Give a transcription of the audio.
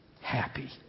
happy